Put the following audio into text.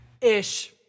Ish